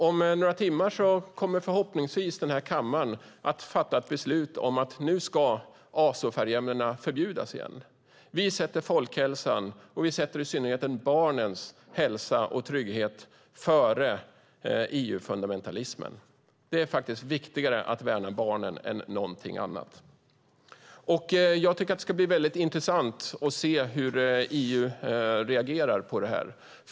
Om några timmar kommer förhoppningsvis den här kammaren att fatta beslut om att azofärgämnena ska förbjudas igen. Vi sätter folkhälsan, i synnerhet barnens hälsa och trygghet, före EU-fundamentalismen. Det är viktigare att värna barnen än någonting annat. Jag tycker att det ska bli intressant att se hur EU reagerar på detta.